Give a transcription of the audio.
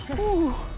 ooh!